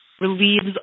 relieves